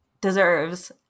deserves